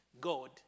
God